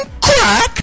crack